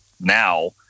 now